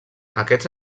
aquests